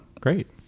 Great